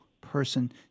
person